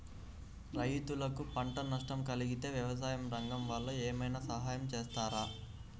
రైతులకు పంట నష్టం కలిగితే వ్యవసాయ రంగం వాళ్ళు ఏమైనా సహాయం చేస్తారా?